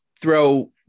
throw